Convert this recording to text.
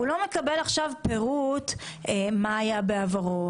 הוא לא מקבל עכשיו פירוט מה היה בעברו,